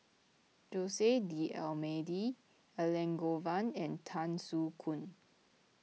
Jose D'Almeida Elangovan and Tan Soo Khoon